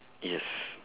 yes